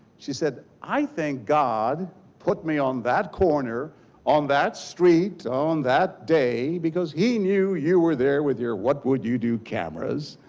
she said i think god put me on that corner on that street on that day because he knew you were there with what your what would you do cameras